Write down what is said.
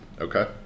Okay